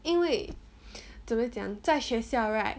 因为怎么讲在学校 right